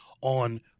on